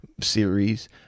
series